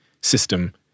system